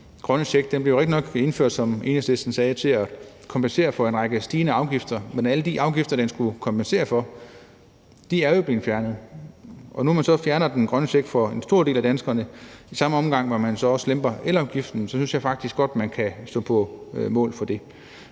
sagde, blev indført for at kompensere for en række stigende afgifter, men alle de afgifter, som den skulle kompensere for, er blevet fjernet. Og når nu man så fjerner den grønne check for en stor del af danskerne, samtidig med at man også lemper elafgiften, synes jeg faktisk godt, man kan stå på mål for det.